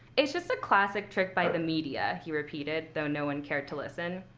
it's just a classic trick by the media he repeated, though no one cared to listen.